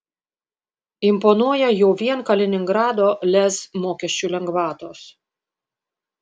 imponuoja jau vien kaliningrado lez mokesčių lengvatos